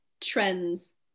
trends